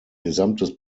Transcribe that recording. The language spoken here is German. gesamtes